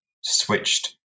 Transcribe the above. switched